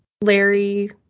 larry